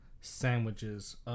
sandwiches